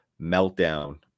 meltdown